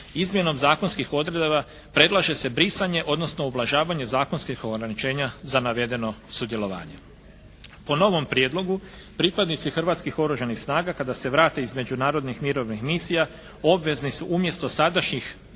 izmjenom zakonskih odredaba predlaže se brisanje odnosno ublažavanje zakonskih ograničenja za navedeno sudjelovanje. Po novom prijedlogu pripadnici Hrvatskih oružanih snaga kada se vrate iz međunarodnih mirovnih misija, obvezni su umjesto sadašnjih